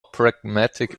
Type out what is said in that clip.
pragmatic